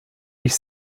ich